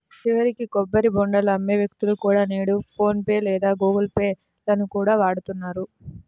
చివరికి కొబ్బరి బోండాలు అమ్మే వ్యక్తులు కూడా నేడు ఫోన్ పే లేదా గుగుల్ పే లను వాడుతున్నారు